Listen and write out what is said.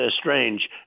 strange